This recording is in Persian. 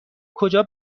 کجا